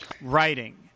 writing